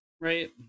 right